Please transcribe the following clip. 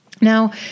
Now